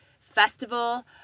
festival